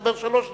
מדבר שלוש דקות,